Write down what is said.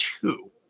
two